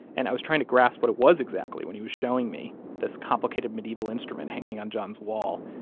and i was trying to grasp what it was exactly when he was showing me this complicated medieval instrument hanging on john's wall.